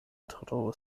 tro